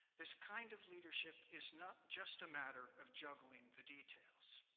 this kind of leadership is not just a matter of juggling the details.